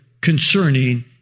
concerning